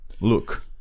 Look